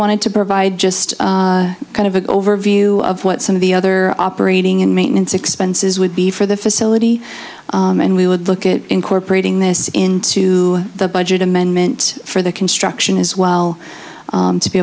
wanted to provide just kind of an overview of what some of the other operating and maintenance expenses would be for the facility and we would look at incorporating this into the budget amendment for the construction as well to be